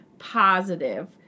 positive